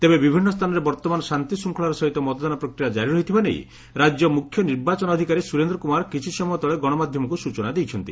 ତେବେ ବିଭିନ୍ ସ୍ସାନରେ ବର୍ଉମାନ ଶାନ୍ତିଶୃଙ୍ଖଳାର ସହିତ ମତଦାନ ପ୍ରକ୍ରିୟା ଜାରି ରହିଥିବା ନେଇ ରାକ୍ୟ ମୁଖ୍ୟ ନିର୍ବାଚନ ଅଧିକାରୀ ସୁରେନ୍ଦ୍ର କୁମାର କିଛି ସମୟ ତଳେ ଗଶମାଧ୍ୟମକୁ ସୂଚନା ଦେଇଛନ୍ତି